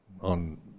on